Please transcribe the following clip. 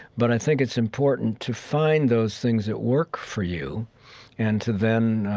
but i think it's important to find those things that work for you and to then,